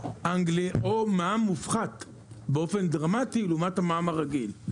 או מע"מ מופחת באופן דרמטי לעומת המע"מ הרגיל.